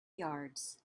yards